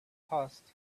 passed